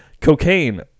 cocaine